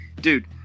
Dude